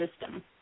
system